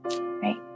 right